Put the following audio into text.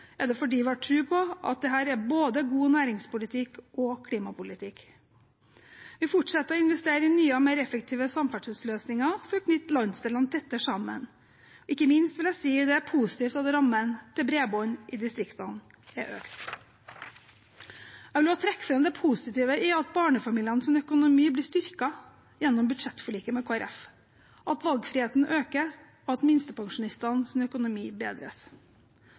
er det fordi vi har tro på at dette både er god næringspolitikk og god klimapolitikk. Vi fortsetter å investere i nye og mer effektive samferdselsløsninger for å knytte landsdelene tettere sammen. Ikke minst vil jeg si at det er positivt at rammene til bredbånd i distriktene er økt. Jeg vil også trekke fram det positive i at barnefamilienes økonomi blir styrket gjennom budsjettforliket med Kristelig Folkeparti, at valgfriheten øker, og at minstepensjonistenes økonomi bedres.